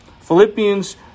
Philippians